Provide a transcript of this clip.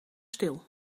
stil